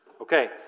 Okay